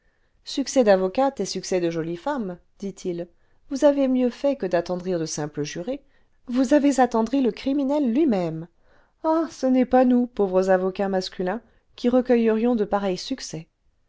succès d'avocate et succès cle jolie femme dit-il vous avez mieux fait que d'attendrir cle simples jurés vous avez attendri le criminel lui-même ah ce n'est pas nous pauvres avocats masculins qui recueillerions de pareils succès